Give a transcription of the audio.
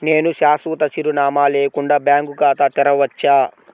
నేను శాశ్వత చిరునామా లేకుండా బ్యాంక్ ఖాతా తెరవచ్చా?